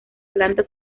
planta